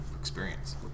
experience